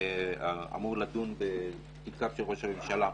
שאמור לדון בתיקיו של ראש הממשלה,